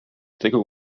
tegu